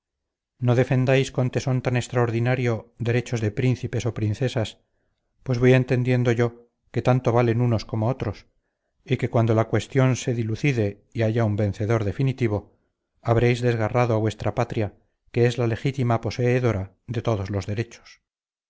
no defendáis con tesón tan extraordinario derechos de príncipes o princesas pues voy entendiendo yo que tanto valen unos como otros y que cuando la cuestión se dilucide y haya un vencedor definitivo habréis desgarrado a vuestra patria que es la legítima poseedora de todos los derechos